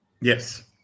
Yes